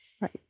Right